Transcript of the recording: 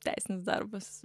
teisinis darbas